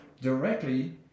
directly